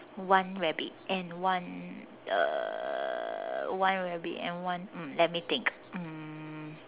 one rabbit and one uh one rabbit and one um let me think um